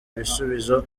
ibisubizo